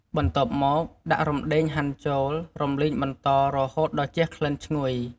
បន្ទាប់មកដាក់រំដេងហាន់ចូល រំលីងបន្តរហូតដល់ជះក្លិនឈ្ងុយ។